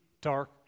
dark